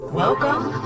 Welcome